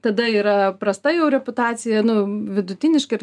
tada yra prasta jau reputacija nu vidutiniška ir